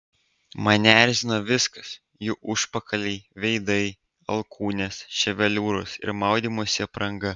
mane erzino viskas jų užpakaliai veidai alkūnės ševeliūros ir maudymosi apranga